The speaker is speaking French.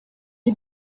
est